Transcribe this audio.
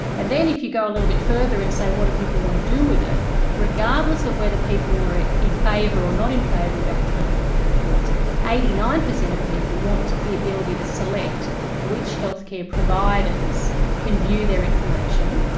and then if you go a little bit further and say what do people want to do with it regardless of whether people were in favour or not in favour of electronic health records eighty nine percent of people want the ability to select which health care providers can view their information.